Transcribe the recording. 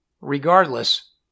Regardless